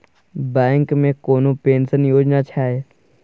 Bank मे कोनो pension योजना छै?